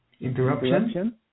interruption